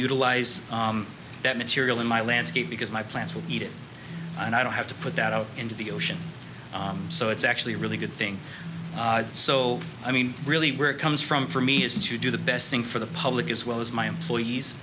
utilize that material in my landscape because my plants will eat it and i don't have to put that out into the ocean so it's actually a really good thing so i mean really where it comes from for me is to do the best thing for the public as well as my